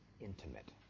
intimate